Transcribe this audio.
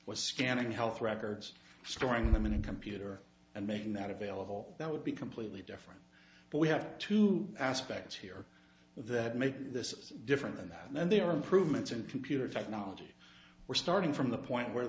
was scanning health records storing them in a computer and making that available that would be completely different but we have two aspects here that make this different than that and there are improvements in computer technology we're starting from the point where